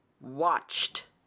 watched